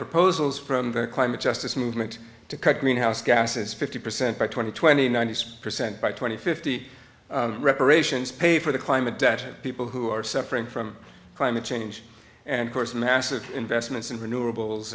proposals from the climate justice movement to cut greenhouse gases fifty percent by twenty twenty nine hundred percent by twenty fifty reparations pay for the climate data people who are suffering from climate change and course massive investments in renewa